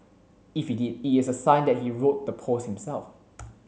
if he did it is a sign that he wrote the post himself